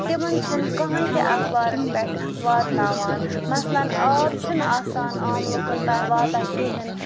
تِمن چھُ نہٕ کٕہینۍ تہِ اخبارن پٮ۪ٹھ واتناوان مثلاً آب چھُ نہٕ آسان عام لُکن تام واتنان کِہینۍ